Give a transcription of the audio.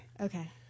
Okay